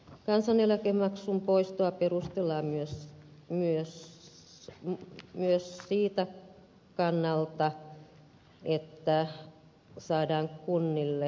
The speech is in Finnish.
kansaneläkemaksun poistoa perustellaan myös siltä kannalta että saadaan kunnille säästöjä